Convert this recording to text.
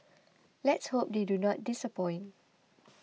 let's hope they do not disappoint